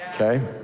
okay